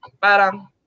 Parang